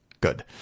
Good